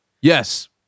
Yes